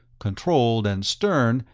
controlled and stern,